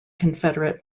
confederate